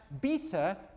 beta